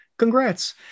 congrats